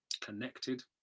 Connected